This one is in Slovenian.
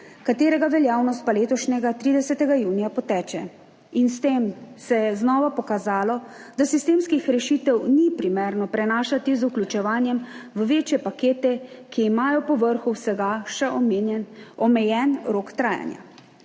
katerega veljavnost pa letošnjega 30. junija poteče in s tem se je znova pokazalo, da sistemskih rešitev ni primerno prenašati z vključevanjem v večje pakete, ki imajo povrhu vsega še omenjen omejen rok trajanja.